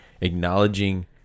acknowledging